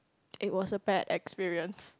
it was a bad experience